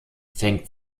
fängt